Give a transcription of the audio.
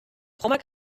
frommer